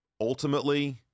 ultimately